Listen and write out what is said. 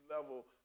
level